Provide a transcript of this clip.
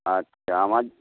আচ্ছা আমার